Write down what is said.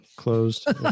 Closed